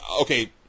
Okay